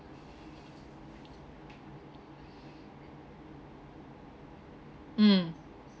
mm